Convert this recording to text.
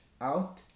out